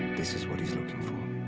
this is what he's looking for.